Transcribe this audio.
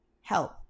help